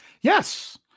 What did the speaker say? Yes